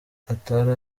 atari